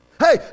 Hey